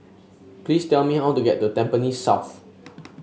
please tell me how to get to Tampines South